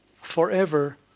forever